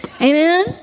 Amen